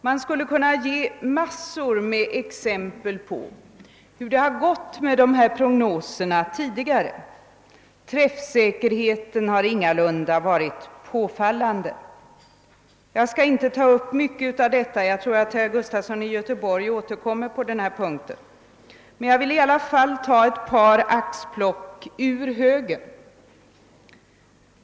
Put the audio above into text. Man skulle kunna ge massor av exempel på hur det tidigare har gått med dessa prognoser. Träffsäkerheten har ingalunda varit påfallande. Jag skall inte uppehålla mig länge vid detta — jag tror att herr Gustafson i Göteborg återkommer på den punkten — men jag vill i alla fall göra ett litet axplock ur högen.